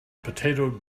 potato